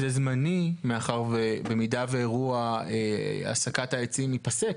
זה זמני מאחר ובמידה ואירוע הסקת העצים ייפסק,